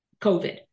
COVID